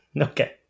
okay